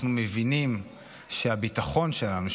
אנחנו מבינים שהביטחון שלנו,